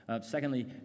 Secondly